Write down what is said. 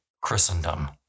Christendom